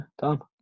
Tom